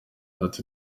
yagize